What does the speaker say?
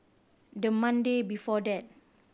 the Monday before that